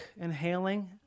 inhaling